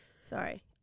Sorry